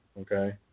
okay